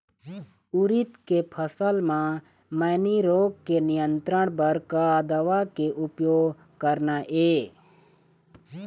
उरीद के फसल म मैनी रोग के नियंत्रण बर का दवा के उपयोग करना ये?